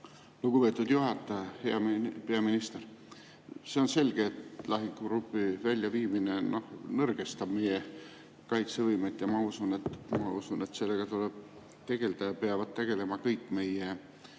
Lugupeetud juhataja! Hea peaminister! See on selge, et lahingugrupi väljaviimine nõrgestab meie kaitsevõimet, ja ma usun, et sellega tuleb tegeleda. Sellega